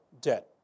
debt